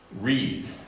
read